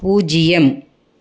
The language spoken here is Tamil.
பூஜ்ஜியம்